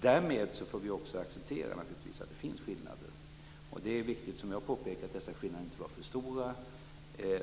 Därmed får vi också acceptera att det finns skillnader. Det är viktigt, som jag har påpekat, att dessa skillnader inte får vara för stora